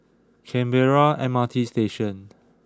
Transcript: Canberra M R T Station